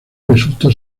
resultó